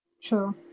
Sure